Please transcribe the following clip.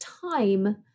time